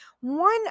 one